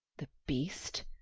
the beast!